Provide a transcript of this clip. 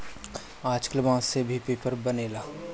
आजकल बांस से भी पेपर बनेला